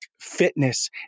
Fitness